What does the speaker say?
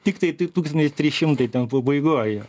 tiktai tūkstantis trys šimtai ten pabaigoj